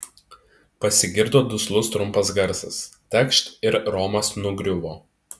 pasigirdo duslus trumpas garsas tekšt ir romas nugriuvo